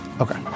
Okay